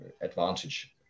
advantage